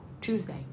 Tuesday